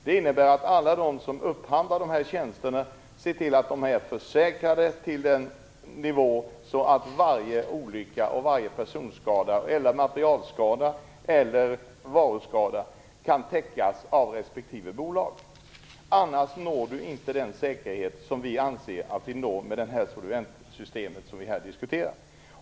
Det innebär att alla de som upphandlar dessa tjänster ser till att de är försäkrade till en nivå så att varje olycka, personskada, materielskada eller varuskada kan täckas av respektive bolag. Annars når man inte den säkerhet som vi anser att vi når med det system som vi här diskuterar.